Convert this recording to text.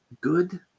good